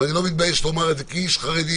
ואני לא מתבייש לומר את זה כאיש חרדי,